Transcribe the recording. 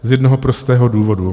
Z jednoho prostého důvodu.